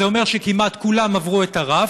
זה אומר שכמעט כולם עברו את הרף,